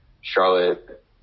Charlotte